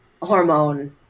hormone